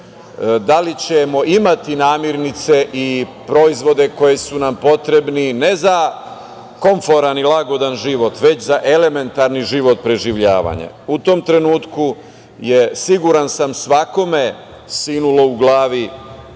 da li ćemo imati namirnice i proizvode koji su nam potrebni, ne za komforan i lagodan život, već za elementarni život preživljavanja.U tom trenutku je, siguran sam, svakome sinulo u glavi